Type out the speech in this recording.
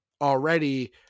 already